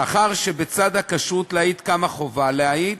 מאחר שבצד הכשרות להעיד קמה חובה להעיד,